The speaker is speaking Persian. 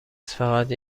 فقط